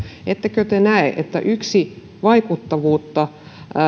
ettekö te näe että yksi vaikuttavuutta